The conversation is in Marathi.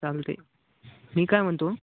चालते मी काय म्हणतो